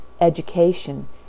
education